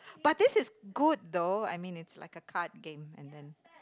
but this is good though I mean it's like a card game and then